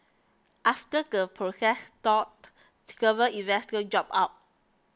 after the process stalled investors dropped out